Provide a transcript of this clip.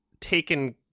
taken